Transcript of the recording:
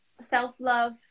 self-love